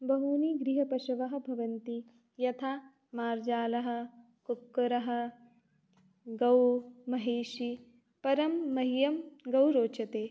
बहूनि गृहपशवः भवन्ति यथा मार्जारः कुक्कुरः गौः महिषी परं मह्यं गौः रोचते